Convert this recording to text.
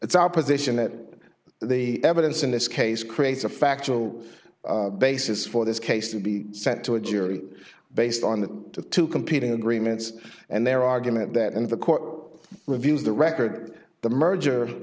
it's our position that the evidence in this case creates a factual basis for this case to be sent to a jury based on the two competing agreements and their argument that in the court reviews the record the merger